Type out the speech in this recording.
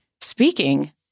Speaking